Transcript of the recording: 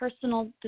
personal